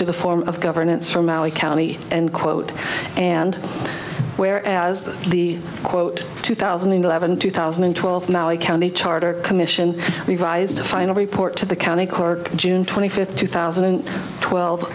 to the form of governance from our county end quote and where as the quote two thousand and eleven two thousand and twelve now a county charter commission revised a final report to the county cork june twenty fifth two thousand and twelve